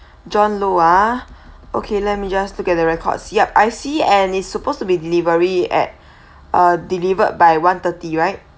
john low ah okay let me just look at the records yup I see and it's supposed to be delivery at uh delivered by one thirty right